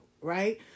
right